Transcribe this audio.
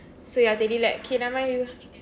so ya தெரியவில்லை:theriyavillai okay never mind you